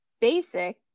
basic